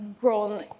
grown